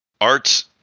art's